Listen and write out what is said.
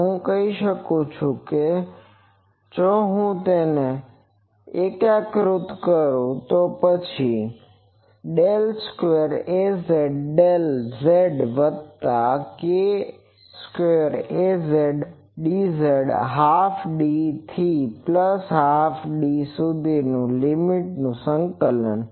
તો હું કહી શકું છું કે જો હું તેને એકીકૃત કરું તો પછી d2d22Azz2k2Azdz del square Az del z square વત્તા K square Az dz half d થી પ્લસ હાલ્ફ d સુધીની લીમીટ નું સંકલન